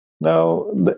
Now